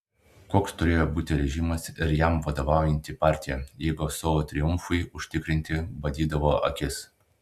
koks turėjo būti režimas ir jam vadovaujanti partija jeigu savo triumfui užtikrinti badydavo akis